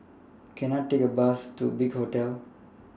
Can I Take A Bus to Big Hotel